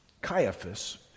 Caiaphas